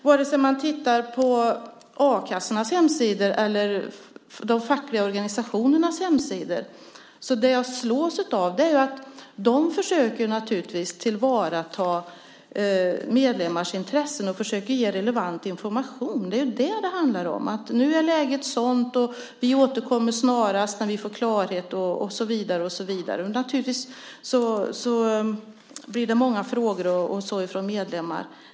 När jag tittar på a-kassornas hemsidor eller de fackliga organisationernas hemsidor slås jag av att de försöker tillvarata medlemmarnas intressen och försöker ge relevant information. Det handlar om att nu är läget sådant, att man återkommer snarast när man får klarhet och så vidare. Det blir naturligtvis många frågor från medlemmar.